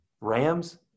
Rams